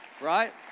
Right